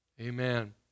Amen